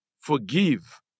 Forgive